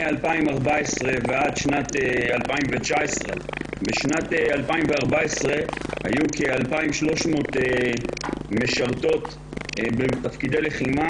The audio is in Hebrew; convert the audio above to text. בשנת 2014 היו כ-2,300 משרתות בתפקידי לחימה